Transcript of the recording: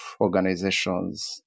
organizations